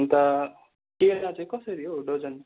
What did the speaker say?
अन्त केरा चाहिँ कसरी हौ दर्जन